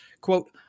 Quote